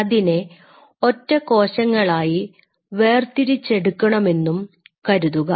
അതിനെ ഒറ്റ കോശങ്ങളായി വേർ തിരിച്ചെടുക്കണമെന്നും കരുതുക